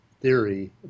theory